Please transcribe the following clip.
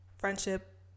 friendship